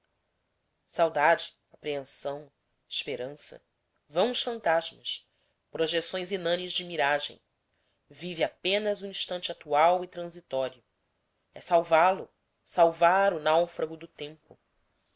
saudade apreensão esperança vãos fantasmas projeções inanes de miragem vive apenas o instante atual e transitório é salvá-lo salvar o náufrago do tempo